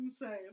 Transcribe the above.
insane